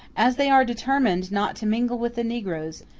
as they are determined not to mingle with the negroes,